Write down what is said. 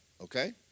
Okay